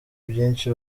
byinshi